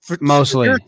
Mostly